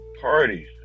party